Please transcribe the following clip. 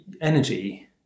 energy